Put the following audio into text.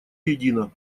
едино